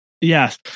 Yes